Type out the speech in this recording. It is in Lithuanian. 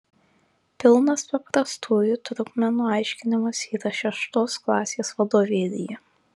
pilnas paprastųjų trupmenų aiškinimas yra šeštos klasės vadovėlyje